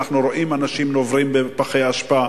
כשאנחנו רואים אנשים נוברים בפחי האשפה